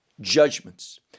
judgments